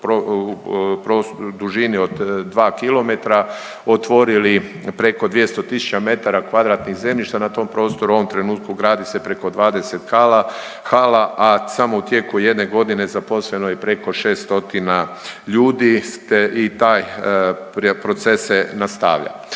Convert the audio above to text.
u dužini od 2 km otvorili preko 200 000 metara kvadratnih zemljišta na tom prostoru. U ovom trenutku gradi se preko 20 hala, a samo u tijeku jedne godine zaposleno je i preko 6 stotina ljudi i taj proces se nastavlja.